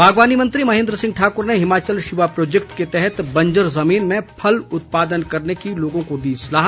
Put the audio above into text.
बागवानी मंत्री महेंद्र सिंह ठाकुर ने हिमाचल शिवा प्रोजेक्ट के तहत बंजर जमीन में फल उत्पादन करने की लोगों को दी सलाह